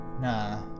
nah